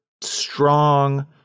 strong